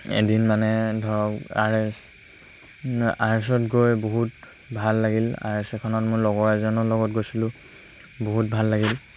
এদিন মানে ধৰক আৰ এছ আৰ এছ ত গৈ বহুত ভাল লাগিল আৰ এছ এখনত মোৰ লগৰ এজনৰ লগত গৈছিলোঁ বহুত ভাল লাগিল